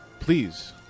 Please